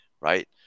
right